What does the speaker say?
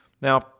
now